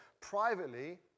privately